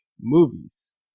movies